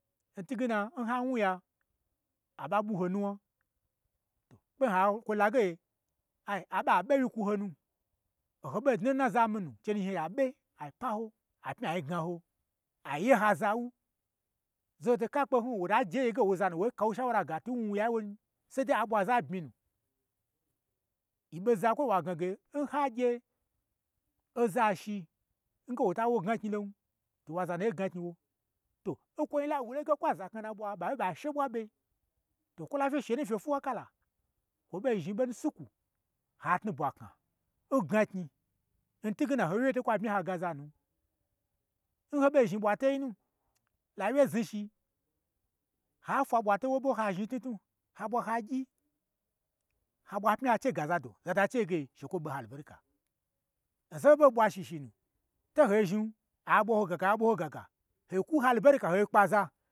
N twuge na n ha wnu ya, aɓa ɓwu ho nuwna, to kpein ha kwo la ge ai, a ɓe a ɓe wyi kwu ho nu, o ho ɓo dna n naza mii nu, che nu zhni ai ɓe a kpma ho, apmyi ai gnaho, a ye ha zawu, zaho to laa kpe hnu, wota je ye ge owo zanu wo ka wo shaura ga twu n wnu wnu ya n woin, sai dei a ɓwa za n bmyi nu, yi ɓei n zakwoi wa gnage, n hagye oza shin ge wota wo gnaknyi lo, to owa za nu ye gna knyi wo, to n kwo la wu lonu ge ha kwu a za lona n a ɓwa ɓa ɓe ɓa she ɓwa ɓe, to kwo la fye shenu n fye fwuwa kala, kwo ɓo zhni ɓo nu sukwu ha tnu bwa kna, n gna knyi, n twuge na, o ho wye wyei to kwa bmya na gaza nu n ho ɓo zhni ɓwa toi nu la wye zni shi ha fwa ɓwato wo ɓo ha zhni tnutnu, ha ɓwa ha gyi, ha ɓwa ha pmyi ha chega zado, oza chi hoge she kwo ɓo ha ana berika, n sai n ho ɓo ɓwa shishi nu, to ho zhnin, a ɓwa ho ga ga, a ɓwa ho gaga, ho kwu ho anaberika ho gaza